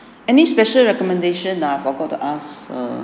any special recommendation I forgot to ask err